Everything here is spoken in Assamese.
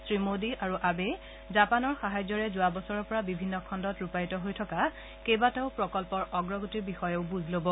শ্ৰীমোডী আৰু আবেই জাপানৰ সাহায্যৰে যোৱা বছৰৰ পৰা বিভিন্ন খণ্ডত ৰূপায়িত হৈ থকা কেইবাটাও প্ৰকল্পৰ অগ্ৰগতিৰ বিষয়েও বুজ ল'ব